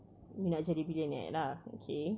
you nak jadi billionaire lah okay